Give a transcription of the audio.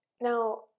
Now